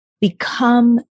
become